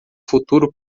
futuro